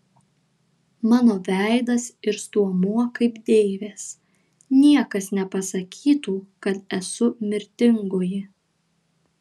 mano veidas ir stuomuo kaip deivės niekas nepasakytų kad esu mirtingoji